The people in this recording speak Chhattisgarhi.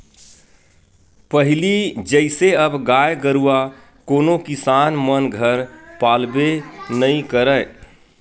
पहिली जइसे अब गाय गरुवा कोनो किसान मन घर पालबे नइ करय